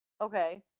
Okay